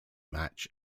match